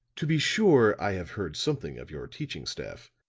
to be sure. i have heard something of your teaching staff.